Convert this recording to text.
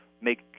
make